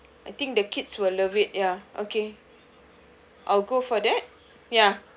I think the kids will love it ya okay I'll go for that ya